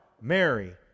Mary